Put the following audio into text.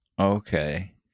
Okay